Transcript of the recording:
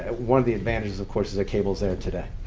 ah one of the advantages of course is that cable is there today.